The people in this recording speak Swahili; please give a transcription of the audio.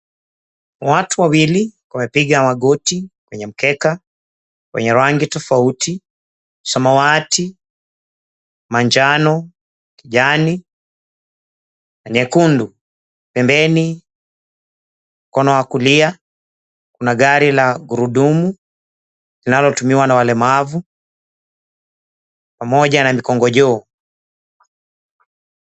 Watu wawili wamepiga magoti kwenye mkeka wa rangi tofauti; samawati, manjano, kijani, nyekundu. Pembeni mkono wa kulia kuna gari la gurudumu linalotumiwa na walemavu pamoja na mikongojo.